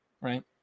right